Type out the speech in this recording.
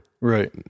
Right